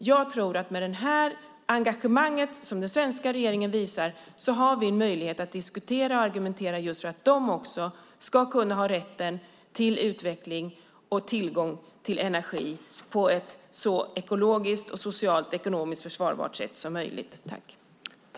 Jag tror att vi med det engagemang som den svenska regeringen visar har möjlighet att diskutera och argumentera för att de ska ha rätt till utveckling och tillgång till energi på ett så ekologiskt, socialt och ekonomiskt försvarbart sätt som möjligt.